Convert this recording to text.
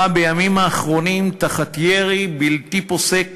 בימים האחרונים תחת ירי בלתי פוסק